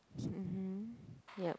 mmhmm yup